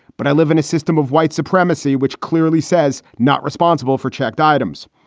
but i live in a system of white supremacy, which clearly says not responsible for checked items.